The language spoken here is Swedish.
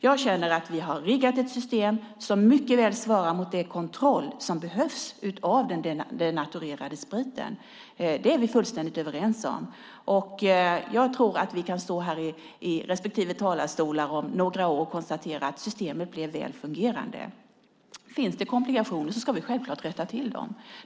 Jag känner att vi har riggat ett system som mycket väl svarar mot den kontroll som behövs av den denaturerade spriten. Det är vi fullständigt överens om. Jag tror att vi kan stå här i respektive talarstol om några år och konstatera att systemet blev väl fungerande. Finns det komplikationer ska vi självklart rätta till dem.